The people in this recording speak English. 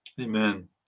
amen